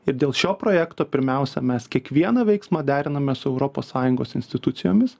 ir dėl šio projekto pirmiausia mes kiekvieną veiksmą deriname su europos sąjungos institucijomis